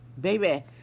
Baby